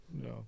No